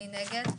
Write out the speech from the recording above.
מי נגד?